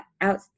out